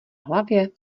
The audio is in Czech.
hlavě